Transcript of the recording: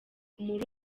muri